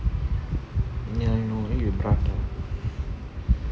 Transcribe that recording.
ya I know I eat with curry